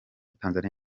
tanzania